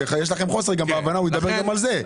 ויש לכם חוסר בהבנה הוא ידבר גם על זה.